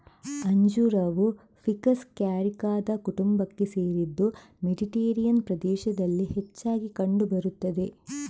ಅಂಜೂರವು ficus ಕ್ಯಾರಿಕಾದ ಕುಟುಂಬಕ್ಕೆ ಸೇರಿದ್ದು ಮೆಡಿಟೇರಿಯನ್ ಪ್ರದೇಶದಲ್ಲಿ ಹೆಚ್ಚಾಗಿ ಕಂಡು ಬರುತ್ತದೆ